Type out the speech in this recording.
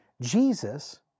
Jesus